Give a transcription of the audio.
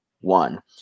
one